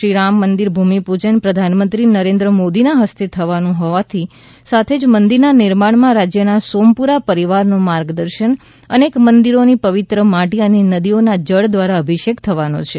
શ્રી રામમંદિર ભૂમિપૂજન પ્રધાનમંત્રી નરેન્દ્ર મોદીના હસ્તે થવાનું હોવાની સાથે મંદિરના નિર્માણમાં રાજ્યના સોમપુરા પરિવારનું માર્ગદર્શન અનેક મંદિરોની પવિત્ર માટી અને નદીઓના જળ દ્વારા અભિષેક થવાનો છે